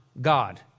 God